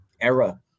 era